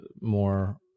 more